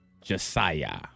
Josiah